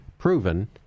proven